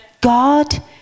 God